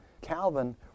Calvin